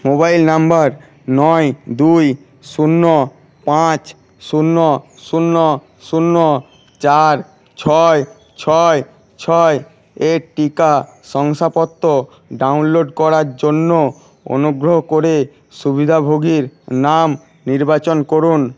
mobile নম্বর নয় দুই শূন্য পাঁচ শূন্য শূন্য শূন্য চার ছয় ছয় ছয়ের টিকা শংসাপত্র ডাউনলোড করার জন্য অনুগ্রহ করে সুবিধাভোগীর নাম নির্বাচন করুন